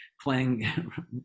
playing